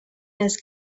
has